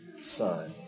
son